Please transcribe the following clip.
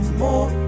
more